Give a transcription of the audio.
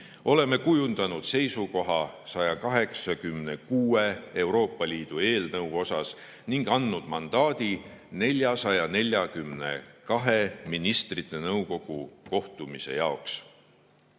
oleme kujundanud seisukoha 186 Euroopa Liidu eelnõu osas ning andnud mandaadi 442 ministrite nõukogu kohtumise jaoks.